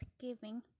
thanksgiving